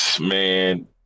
man